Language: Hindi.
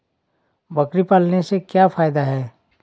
बकरी पालने से क्या फायदा है?